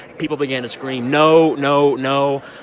people began to scream, no, no, no.